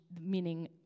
meaning